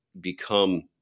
become